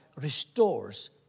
restores